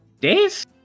days